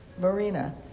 marina